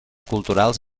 culturals